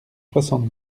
soixante